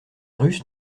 russes